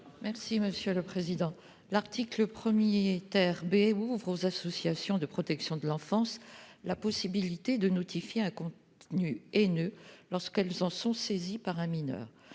Maryvonne Blondin. L'article 1 B ouvre aux associations de protection de l'enfance la possibilité de notifier un contenu haineux dont elles sont saisies par un mineur.